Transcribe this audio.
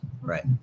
right